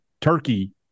turkey